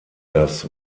das